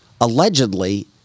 Allegedly